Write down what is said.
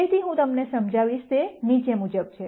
તેથી હું તમને સમજાવીશ તે નીચે મુજબ છે